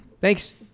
Thanks